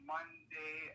Monday